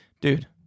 Dude